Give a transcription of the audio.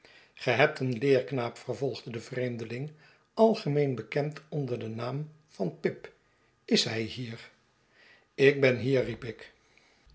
ge hebt een leerknaap vervolgde de vreemdeling algemeen bekend onder den naam van pip is hij hier ik ben hier riep ik